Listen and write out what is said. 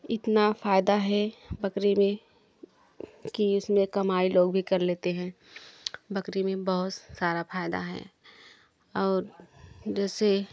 इतना फ़ायदा है बकरी में कि इसमें कमाई लोग भी कर लेते हैं बकरी में बहुत सारा फायदा है और जैसे